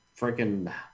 freaking